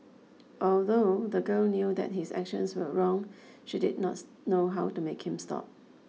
although the girl knew that his actions were wrong she did not knows know how to make him stop